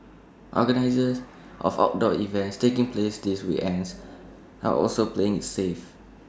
organisers of outdoor events taking place this weekends are also playing IT safe